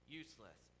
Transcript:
useless